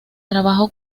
trabajó